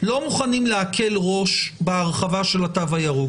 לא מוכנים להקל ראש בהרחבה של התו הירוק